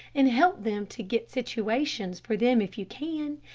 and help them to get situations for them if you can.